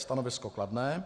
Stanovisko kladné.